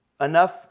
enough